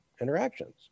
interactions